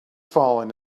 falling